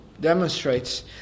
demonstrates